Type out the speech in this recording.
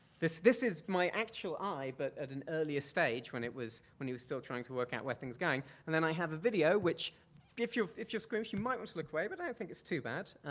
this this is my actual eye, but at an earlier stage when it was, when he was still trying to work out thing's going, and then i have a video which if you're, if you're squeamish you might want to look away, but i don't think it's too bad.